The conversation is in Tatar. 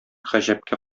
гаҗәпкә